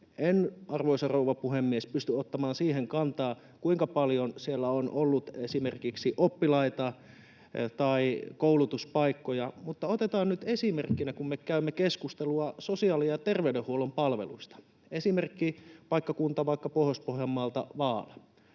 En, arvoisa rouva puhemies, pysty ottamaan siihen kantaa, kuinka paljon siellä on ollut esimerkiksi oppilaita tai koulutuspaikkoja, mutta otetaan nyt esimerkiksi, kun me käymme keskustelua sosiaali- ja terveydenhuollon palveluista, paikkakunta vaikka Pohjois-Pohjanmaalta, Vaala,